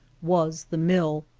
was the mill,